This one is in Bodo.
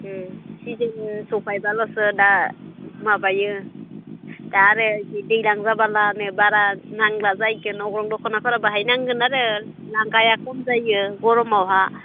सि जोमो सफायब्लल'सो दा माबायो दा आरो एसे दैज्लां जाबालानो बारा नांला जाहैगोन अग्रं दख'नाफोरा बाहाय नांगोन आरो लांगाया खम जायो गरमावहा